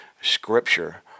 scripture